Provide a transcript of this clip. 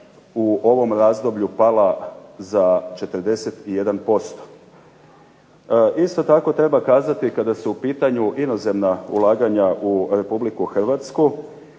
u ovom razdoblju pala za 41%. Isto tako treba kazati kada su u pitanju inozemna ulaganja u RH da sa